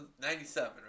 97